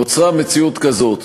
נוצרה מציאות כזאת: